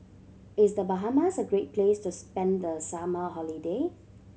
is The Bahamas a great place to spend the summer holiday